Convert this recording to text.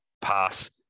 pass